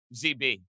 ZB